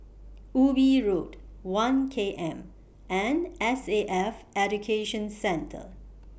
Ubi Road one K M and S A F Education Centre